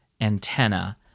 antenna